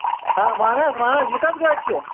آ وَن حظ وَن حظ یہِ کۄس گٲڑۍ چھِ